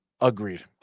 Agreed